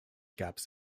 gaps